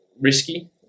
risky